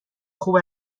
خوب